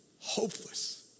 hopeless